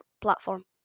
platform